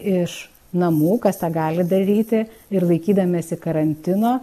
iš namų kas tą gali daryti ir laikydamiesi karantino